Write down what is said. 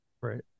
Right